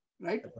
right